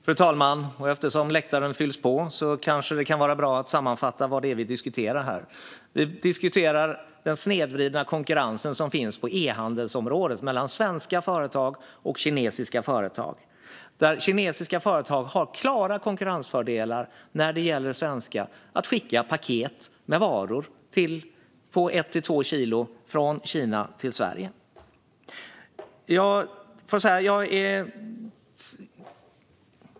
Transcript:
Fru talman! Eftersom läktaren fylls på kanske det kan vara bra att sammanfatta vad vi diskuterar här. Vi diskuterar den snedvridna konkurrens som finns på e-handelsområdet mellan svenska företag och kinesiska företag, där kinesiska företag har klara konkurrensfördelar när det gäller att skicka paket med varor på ett till två kilo från Kina till Sverige.